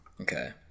Okay